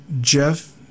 Jeff